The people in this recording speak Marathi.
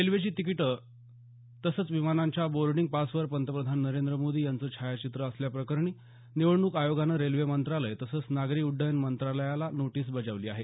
रेल्वेची तिकीटं तसंच विमानांच्या बोर्डिंग पासवर पंतप्रधान नरेंद्र मोदी यांचं छायाचित्र असल्या प्रकरणी निवडणूक आयोगानं रेल्वे मंत्रालय तसंच नागरी उड्डयन मंत्रालयाला नोटीस बजावली आहे